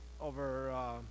over